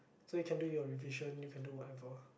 so you can do your revision you can do whatever